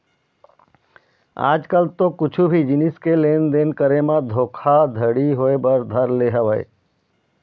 आज कल तो कुछु भी जिनिस के लेन देन करे म धोखा घड़ी होय बर धर ले हवय